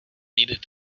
needed